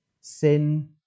sin